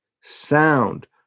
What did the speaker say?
sound